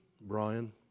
Brian